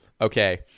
okay